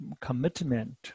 commitment